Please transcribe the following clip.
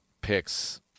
picks